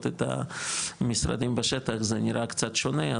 את המשרדים בשטח זה נראה קצת שונה,